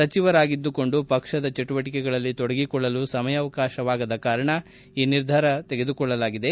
ಸಚಿವರಾಗಿದ್ದುಕೊಂಡು ಪಕ್ಷದ ಚಟುವಟಿಕೆಗಳಲ್ಲಿ ತೊಡಗಿಕೊಳ್ಳಲು ಸಮಯಾವಕಾಶವಾಗದ ಕಾರಣ ಈ ನಿರ್ಧಾರ ತೆಗೆದುಕೊಳ್ಳಲಾಗಿದೆ